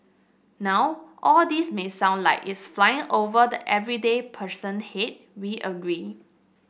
now all this may sound like it's flying over the everyday person head we agree